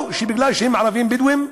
או מפני שהם ערבים-בדואים?